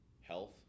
health